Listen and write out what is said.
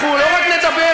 אנחנו לא רק נדבר,